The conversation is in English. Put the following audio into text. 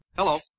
Hello